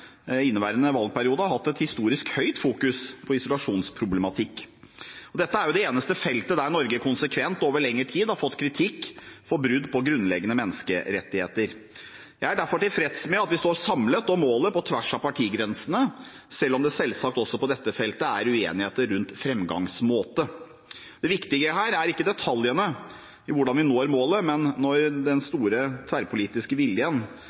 inneværende valgperiode har hatt en historisk høy oppmerksomhet om isolasjonsproblematikk. Dette er jo det eneste feltet der Norge konsekvent, over lengre tid har fått kritikk for brudd på grunnleggende menneskerettigheter. Jeg er derfor tilfreds med at vi står samlet om målet på tvers av partigrensene, selv om det selvsagt også på dette feltet er uenigheter rundt fremgangsmåte. Det viktige her er ikke detaljene i hvordan vi når målet, men den store, tverrpolitiske viljen